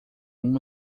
uma